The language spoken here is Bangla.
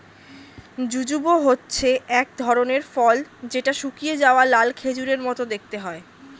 জুজুব হচ্ছে এক ধরনের ফল যেটা শুকিয়ে যাওয়া লাল খেজুরের মত দেখতে হয়